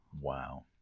Wow